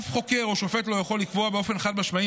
אף חוקר או שופט לא יכול לקבוע באופן חד-משמעי